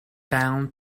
bound